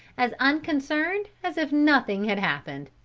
as unconcerned as if nothing had happened.